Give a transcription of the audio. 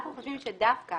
אנחנו חושבים שדווקא